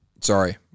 Sorry